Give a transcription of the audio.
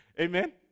Amen